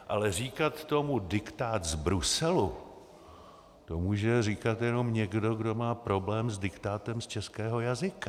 Ale říkat tomu diktát z Bruselu, to může říkat jenom někdo, kdo má problém s diktátem z českého jazyka.